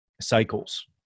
cycles